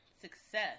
success